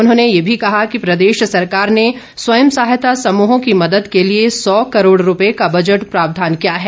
उन्होंने ये भी कहा कि प्रदेश सरकार ने स्वयं सहायता समूहों की मदद के लिए सौ करोड़ रूपये का बजट प्रावधान किया है